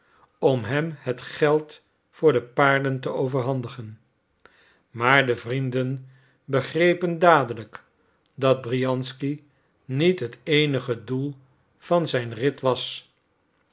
om hem het geld voor de paarden te overhandigen maar de vrienden begrepen dadelijk dat briansky niet het eenige doel van zijn rit was